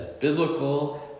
biblical